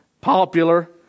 popular